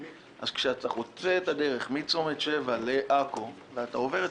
אז כשאתה חוצה את הדרך מצומת שבע לעכו ואתה עובר את